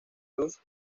luz